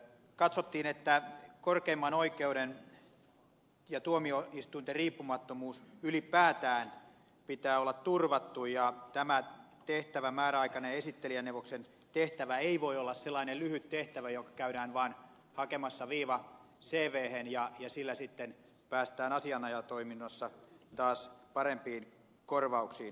katsottiin että korkeimman oikeuden ja tuomioistuinten riippumattomuuden ylipäätään pitää olla turvattu eikä määräaikainen esittelijäneuvoksen tehtävä voi olla sellainen lyhyt tehtävä jossa käydään vain hakemassa viiva cvhen ja sillä sitten päästään asianajajatoiminnossa taas parempiin korvauksiin